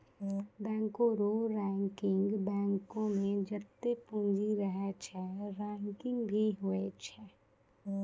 बैंको रो रैंकिंग बैंको मे जत्तै पूंजी रहै छै रैंकिंग भी होय छै